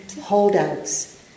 holdouts